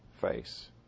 face